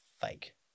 fake